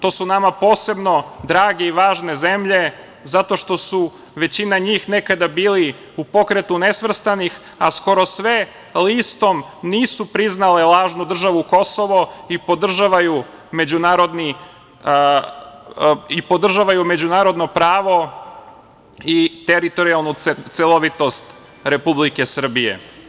To su nama posebno drage i važne zemlje zato što su većina njih nekada bili u Pokretu nesvrstanih, a skoro sve listom nisu priznale lažnu državu „Kosovo“ i podržavaju međunarodno pravo i teritorijalnu celovitost Republike Srbije.